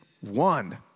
one